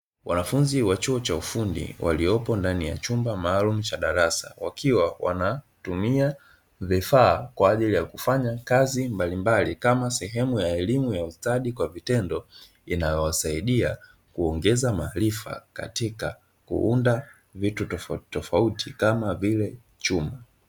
Wanafunzi wa chuo cha ufundi waliopo ndani ya chumba maalumu cha darasa wakiwa wanatumia vifaa kwa ajili ya kufanya kazi mbalimbali, kama sehemu ya elimu ya ustadi kwa vitendo inayowasaidia kuongeza maarifa katika kuunda vitu tofauti kama vile chuma.